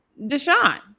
Deshaun